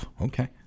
Okay